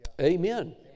Amen